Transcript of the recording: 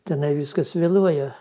tenai viskas vėluoja